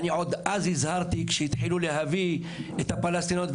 אני אז הזהרתי כשהתחילו להביא את הפלסטיניות.